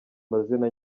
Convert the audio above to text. mazina